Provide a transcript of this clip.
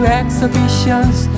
exhibitions